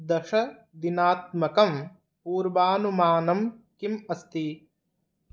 दशदिनात्मकं पूर्वानुमानं किम् अस्ति